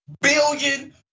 billion